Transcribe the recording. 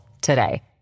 today